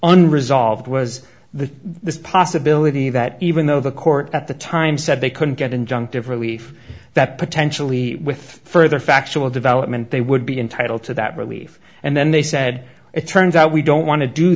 unresolved was the this possibility that even though the court at the time said they couldn't get injunctive relief that potentially with further factual development they would be entitled to that relief and then they said it turns out we don't want to do